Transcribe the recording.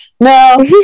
no